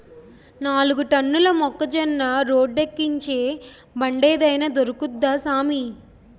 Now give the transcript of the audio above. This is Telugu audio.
నాలుగు టన్నుల మొక్కజొన్న రోడ్డేక్కించే బండేదైన దొరుకుద్దా సామీ